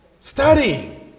Study